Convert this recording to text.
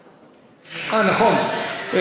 אה, נכון.